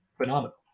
phenomenal